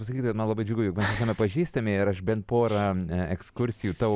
pasakyti kad man labai džiugu jog esame pažįstami ir aš bent porą ekskursijų tavo